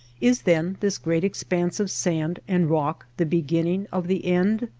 is then this great expanse of sand and rock the beginning of the end?